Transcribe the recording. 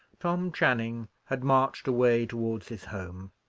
tom channing had marched away towards his home,